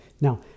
Now